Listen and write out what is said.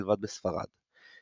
מלבד בספרד.